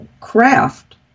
craft